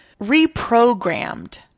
reprogrammed